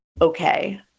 okay